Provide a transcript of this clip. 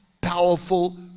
powerful